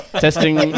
testing